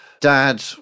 dad